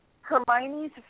Hermione's